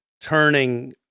turning